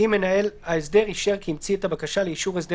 אם מנהל ההסדר אישר כי המציא את הבקשה לאישור הסדר